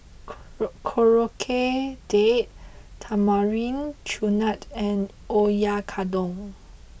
Korokke Date Tamarind Chutney and Oyakodon